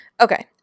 Okay